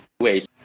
ways